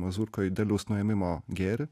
mazurkoj derliaus nuėmimo gėrį